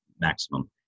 maximum